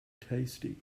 tasty